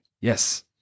Yes